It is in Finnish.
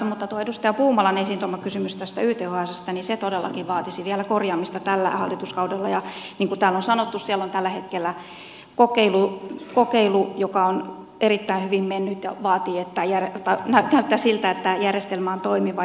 mutta tuo edustaja puumalan esiin tuoma kysymys tästä ythsstä todellakin vaatisi vielä korjaamista tällä hallituskaudella ja niin kuin täällä on sanottu siellä on tällä hetkellä kokeilu joka on erittäin hyvin mennyt ja näyttää siltä että järjestelmä on toimiva